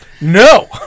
No